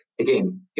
Again